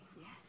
Yes